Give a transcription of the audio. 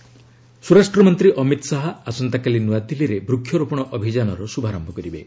ଶାହା ବୃକ୍ଷରୋପଣ ଅଭିଯାନ ସ୍ୱରାଷ୍ଟ୍ର ମନ୍ତ୍ରୀ ଅମିତ ଶାହା ଆସନ୍ତାକାଲି ନୂଆଦିଲ୍ଲୀରେ ବୃକ୍ଷରୋପଣ ଅଭିଯାନର ଶୁଭାରମ୍ଭ କରିବେ